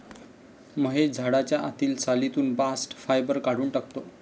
महेश झाडाच्या आतील सालीतून बास्ट फायबर काढून टाकतो